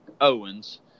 owens